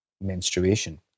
menstruation